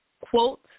quote